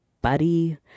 buddy